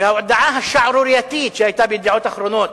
וההודעה השערורייתית שהיתה ב"ידיעות אחרונות",